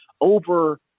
over